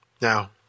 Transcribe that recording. Now